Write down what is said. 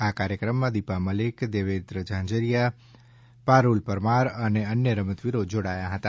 આ કાર્યક્રમમાં દીપા મલીક દેવેન્દ્ર ઝાંઝરીયા પારૂલ પરમાર અને અન્ય રમતવીરો જોડાયા હતા